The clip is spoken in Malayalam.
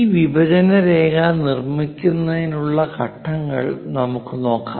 ഈ വിഭജന രേഖ നിർമ്മിക്കുന്നതിനുള്ള ഘട്ടങ്ങൾ നമുക്ക് നോക്കാം